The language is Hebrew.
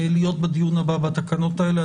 להיות בדיון הבא בתקנות האלה.